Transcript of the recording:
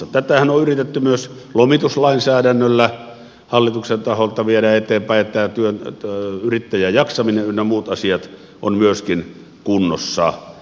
tätähän on yritetty myös lomituslainsäädännöllä hallituksen taholta viedä eteenpäin niin että myöskin tämän työn yrittäjäjaksaminen ynnä muut asiat olisivat kunnossa